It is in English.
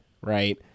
right